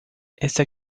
esta